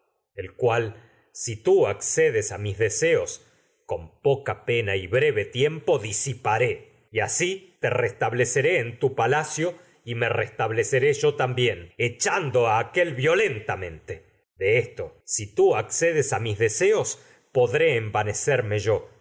el cual si tú accedes a mis deseos con poca pena y breve tiempo disiparé y asi te restableceré en tu palacio y me restableceré de yo tam bién echando a a aquél violentamente esto si tú sin accedes mis deseos podré envanecerme yo